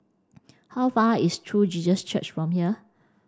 how far is True Jesus Church from here